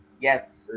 yes